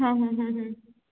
हां हां हां हां